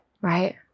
Right